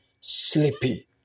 sleepy